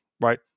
right